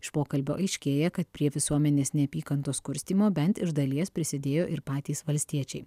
iš pokalbio aiškėja kad prie visuomenės neapykantos kurstymo bent iš dalies prisidėjo ir patys valstiečiai